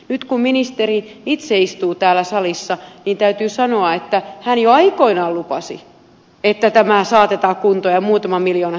nyt kun ministeri itse istuu täällä salissa täytyy sanoa että hän jo aikoinaan lupasi että tämä saatetaan kuntoon ja muutama miljoona siihen irrotetaan